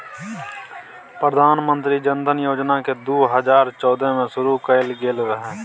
प्रधानमंत्री जनधन योजना केँ दु हजार चौदह मे शुरु कएल गेल रहय